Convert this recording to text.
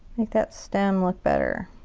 make that stem look better.